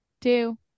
two